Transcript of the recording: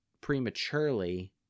prematurely